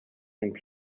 and